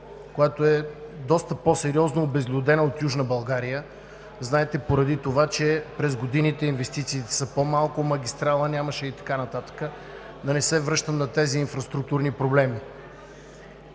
която е доста по-сериозно обезлюдена от Южна България. Знаете, поради това че през годините инвестициите са по-малко, магистрала нямаше и така нататък, да не се връщам на тези инфраструктурни проблеми.